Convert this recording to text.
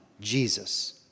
Jesus